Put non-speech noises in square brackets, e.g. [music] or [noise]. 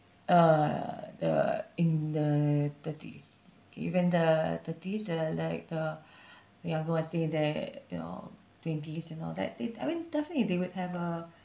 uh the in their thirties even the thirties uh like uh [breath] younger one say that you know twenties and all that they I mean definitely they would have a